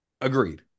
Agreed